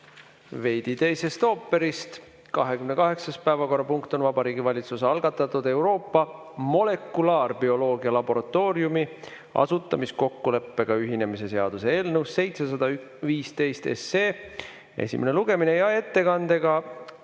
veidi teisest ooperist: 28. päevakorrapunkt on Vabariigi Valitsuse algatatud Euroopa Molekulaarbioloogia Laboratooriumi asutamiskokkuleppega ühinemise seaduse eelnõu 715 esimene lugemine. Ettekandeks